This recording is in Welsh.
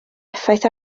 effaith